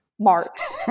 marks